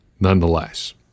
nonetheless